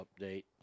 update